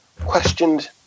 questioned